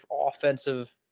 offensive